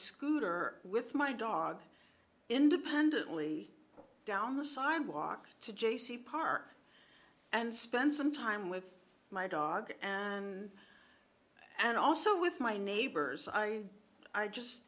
scooter with my dog independently down the sidewalk to j c park and spend some time with my dog and and also with my neighbors i i just